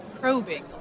probing